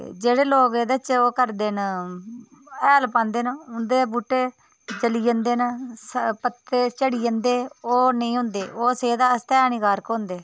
जेह्ड़े लोग एह्दे च ओह् करदे न हैल पांदे न उंदे बह्टे जली जन्दे न स पत्ते झड़ी जन्दे न ओह् नि हुन्दे ओह् सेहत आस्तै हानिकारक होन्दे